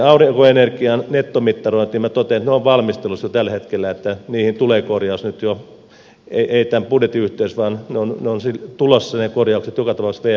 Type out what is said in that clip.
aurinkoenergian nettomittarointiin minä totean että ne ovat valmistelussa tällä hetkellä ja niihin tulee korjaus ei tämän budjetin yhteydessä vaan ne korjaukset ovat tulossa joka tapauksessa vmn kautta